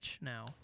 now